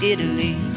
Italy